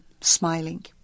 smiling